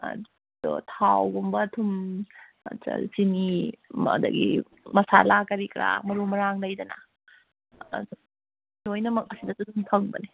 ꯑꯗꯣ ꯊꯥꯎꯒꯨꯝꯕ ꯊꯨꯝ ꯅꯠꯇ꯭ꯔ ꯆꯤꯅꯤ ꯑꯗꯒꯤ ꯃꯁꯥꯂꯥ ꯀꯔꯤ ꯀꯔꯥ ꯃꯔꯨ ꯃꯔꯥꯡ ꯂꯩꯗꯅ ꯑꯗꯨ ꯂꯣꯏꯅꯃꯛ ꯑꯁꯤꯗꯁꯨ ꯑꯗꯨꯝ ꯐꯪꯕꯅꯤ